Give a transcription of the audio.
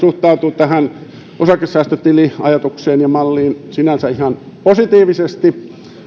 suhtautuvat tähän osakesäästötiliajatukseen ja malliin sinänsä ihan positiivisesti